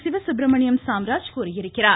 சிவசுப்ரமணியம் சாம்ராஜ் கூறியிருக்கிறார்